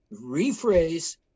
rephrase